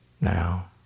now